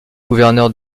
gouverneur